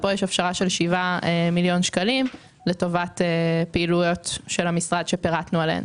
כאן יש הפשרה של 7 מיליון שקלים לטובת פעילויות של המשרד שפירטנו אותן.